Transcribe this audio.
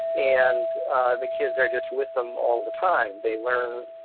and the kids are just with them all the time. they learn,